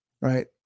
Right